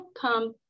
come